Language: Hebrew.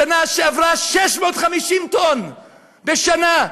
בשנה שעברה, 650 טון בשנה.